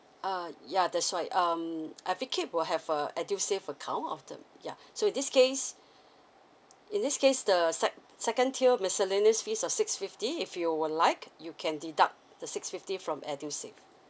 uh yeah that's why um I think it will have a edusave account of the yeah so in this case in this case the sec~ second tier miscellaneous fees of six fifty if you would like you can deduct the six fifty from edusave